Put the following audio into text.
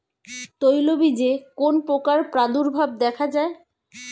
তৈলবীজে কোন পোকার প্রাদুর্ভাব দেখা যায়?